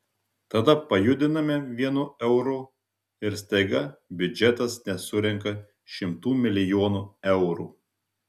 tada pajudiname vienu euru ir staiga biudžetas nesurenka šimtų milijonų eurų